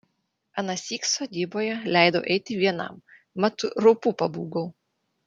anąsyk sodyboje leidau eiti vienam mat raupų pabūgau